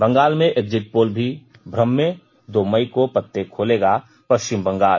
बंगाल में exit poll भी भ्रम में दो मई को पत्ते खोलेगा पष्विम बंगाल